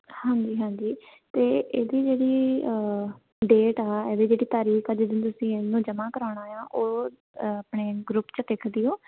ਹਾਂਜੀ ਹਾਂਜੀ ਅਤੇ ਇਹਦੀ ਜਿਹੜੀ ਡੇਟ ਆ ਇਹਦੀ ਜਿਹੜੀ ਤਾਰੀਖ਼ ਆ ਜਿਸ ਦਿਨ ਤੁਸੀਂ ਇਹਨੂੰ ਜਮ੍ਹਾਂ ਕਰਾਉਣਾ ਆ ਉਹ ਆਪਣੇ ਗਰੁੱਪ 'ਚ ਲਿਖ ਦਿਓ